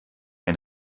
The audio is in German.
ein